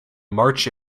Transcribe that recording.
march